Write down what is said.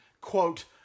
quote